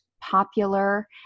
popular